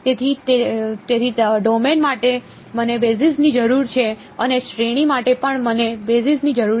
તેથી તેથી ડોમેન માટે મને બેસિસની જરૂર છે અને શ્રેણી માટે પણ મને બેસિસની જરૂર છે